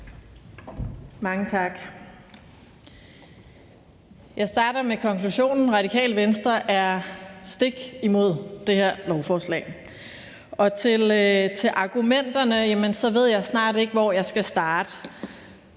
Mange tak. Jeg starter med konklusionen: Radikale Venstre er stik imod det her lovforslag. I forhold til argumenterne ved jeg snart ikke hvor jeg skal starte.